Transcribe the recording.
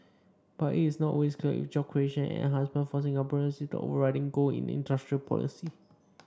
but it is not always clear if job creation and enhancement for Singaporeans is the overriding goal in industrial policy